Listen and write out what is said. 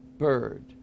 bird